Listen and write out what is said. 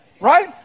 right